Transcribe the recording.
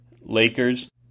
Lakers